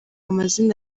amazina